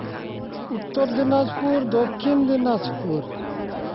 ᱩᱛᱛᱚᱨ ᱫᱤᱱᱟᱡᱽᱯᱩᱨ ᱫᱚᱠᱠᱷᱤᱱ ᱫᱤᱱᱟᱡᱽᱯᱩᱨ